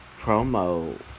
promo